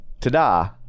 ta-da